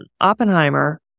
Oppenheimer